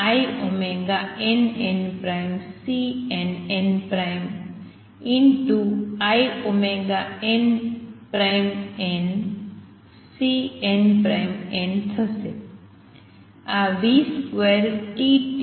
આ vtt2 છે જે ∑nnnn|Cnn |2 છે